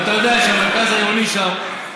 ואתה יודע שהמרכז העירוני שם,